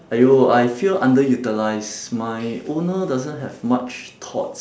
!aiyo! I feel underutilised my owner doesn't have much thoughts